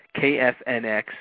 KFNX